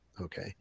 Okay